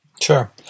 Sure